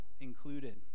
included